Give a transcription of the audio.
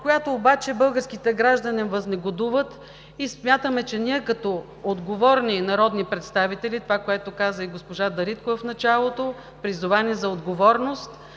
която обаче българките граждани възнегодуват и смятаме, че като отговорни народни представител, това, което каза и госпожа Дариткова в началото – призова ни за отговорност